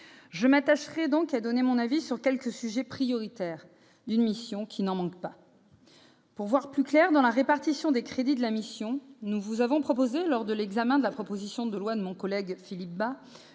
Je m'attacherai donc à donner mon avis sur quelques sujets prioritaires d'une mission qui n'en manque pas. Pour voir plus clair dans la répartition des crédits de la mission, nous avons proposé au Gouvernement, lors de l'examen de la proposition de loi de mon collègue Philippe Bas,